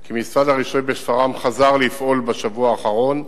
כי משרד הרישוי בשפרעם חזר לפעול בשבוע האחרון.